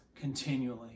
continually